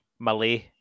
Malay